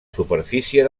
superfície